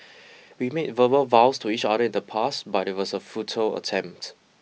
we made verbal vows to each other in the past but it was a futile attempt